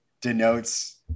denotes